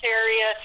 area